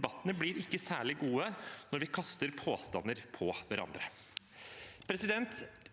debattene blir ikke særlig gode når vi kaster påstander på hverandre.